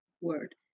word